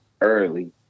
early